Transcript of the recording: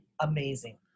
amazing